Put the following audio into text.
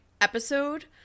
episode